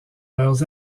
leurs